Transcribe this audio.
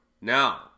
Now